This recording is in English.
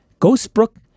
Ghostbrook